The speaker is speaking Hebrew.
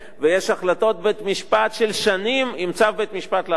ויש החלטות בית-משפט של שנים עם צו בית-משפט להרוס.